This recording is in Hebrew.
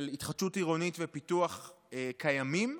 התחדשות עירונית ופיתוח קיימים.